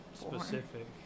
specific